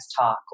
talk